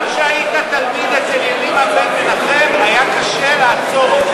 גם כשהיית תלמיד אצל ימימה בן-מנחם היה קשה לעצור אותך.